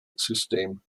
system